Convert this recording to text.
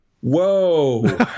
Whoa